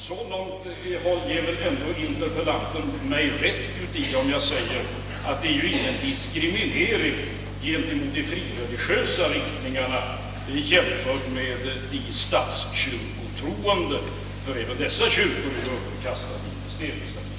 Så långt ger väl ändå interpellanten mig rätt, om jag säger att det inte är någon diskriminering mot de frireligiösa riktningarna jämfört med de statskyrkotroende, ty även dessa kyrkor skall underkastas investeringsavgift.